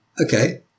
Okay